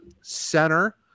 center